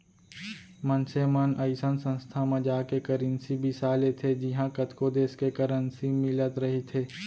मनसे मन अइसन संस्था म जाके करेंसी बिसा लेथे जिहॉं कतको देस के करेंसी मिलत रहिथे